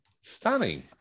stunning